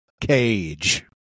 cage